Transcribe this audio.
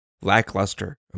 lackluster